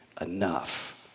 enough